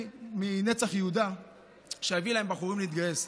מנצח יהודה שאביא להם בחורים להתגייס.